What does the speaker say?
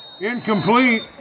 Incomplete